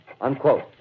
Unquote